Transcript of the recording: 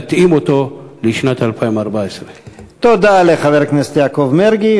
להתאים אותו לשנת 2014. תודה לחבר הכנסת יעקב מרגי.